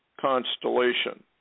constellation